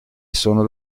sono